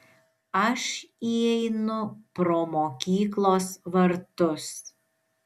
aš įeinu pro mokyklos vartus